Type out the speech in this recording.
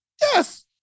yes